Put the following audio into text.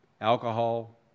alcohol